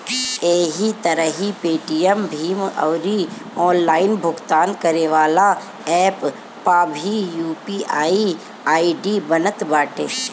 एही तरही पेटीएम, भीम अउरी ऑनलाइन भुगतान करेवाला एप्प पअ भी यू.पी.आई आई.डी बनत बाटे